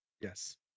yes